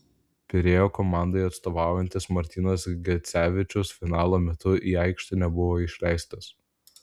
pirėjo komandai atstovaujantis martynas gecevičius finalo metu į aikštę nebuvo išleistas